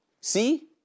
See